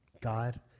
God